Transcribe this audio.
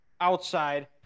outside